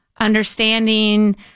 understanding